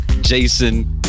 Jason